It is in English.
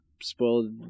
spoiled